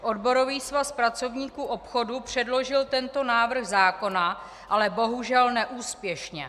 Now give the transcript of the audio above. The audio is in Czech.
Odborový svaz pracovníků obchodu předložil tento návrh zákona, ale bohužel neúspěšně.